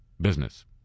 business